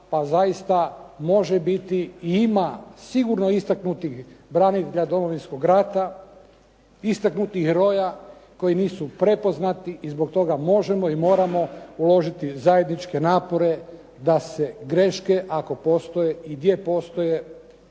a zaista može biti i ima sigurno istaknutih branitelja Domovinskog rata, istaknutih heroja koji nisu prepoznati i zbog toga možemo i moramo uložiti zajedničke napore da se greške, ako postoje i gdje postoje,